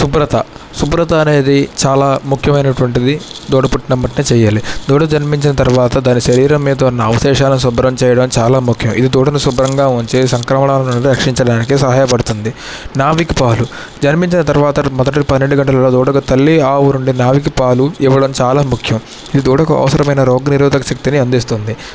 శుభ్రత శుభ్రత అనేది చాలా ముఖ్యమైనటువంటిది దూడ పుట్టిన ఎమ్మటనే చేయాలి దూడ జన్మించిన తర్వాత దాని శరీరం మీద ఉన్న అవశేషాలను శుభ్రం చేయడం చాలా ముఖ్యం ఇది దూడను శుభ్రంగా ఉంచే సంక్రమణాలను రక్షించడానికి సహాయపడుతుంది నావిక్ పాలు జన్మించిన తర్వాత మొదట పన్నెండు గంటలు దూడకు తల్లి ఆవు రెండు నావిక్ పాలు ఇవ్వడం చాలా ముఖ్యం ఇవి దూడకు అవసరమైన రోగ నిరోధక శక్తిని అందిస్తుంది